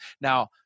Now